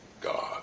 God